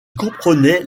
comprenait